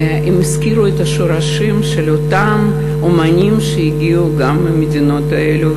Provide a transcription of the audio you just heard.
הם הזכירו את השורשים של אותם אמנים שהגיעו גם מהמדינות האלו,